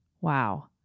Wow